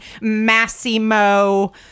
Massimo